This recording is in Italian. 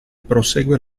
prosegue